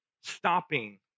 stopping